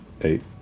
Eight